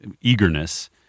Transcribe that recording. eagerness